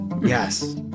Yes